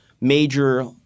major